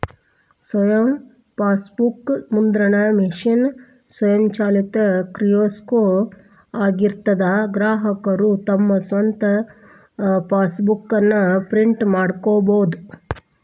ಸ್ವಯಂ ಫಾಸ್ಬೂಕ್ ಮುದ್ರಣ ಮಷೇನ್ ಸ್ವಯಂಚಾಲಿತ ಕಿಯೋಸ್ಕೊ ಆಗಿರ್ತದಾ ಗ್ರಾಹಕರು ತಮ್ ಸ್ವಂತ್ ಫಾಸ್ಬೂಕ್ ನ ಪ್ರಿಂಟ್ ಮಾಡ್ಕೊಬೋದು